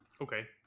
Okay